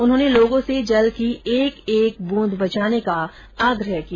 उन्होंने लोगों से जल की एक एक बूंद बचाने का आग्रह किया